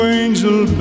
angel